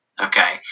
Okay